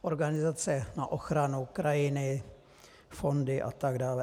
Organizace na ochranu krajiny, fondy a tak dále.